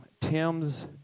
Tim's